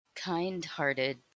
kind-hearted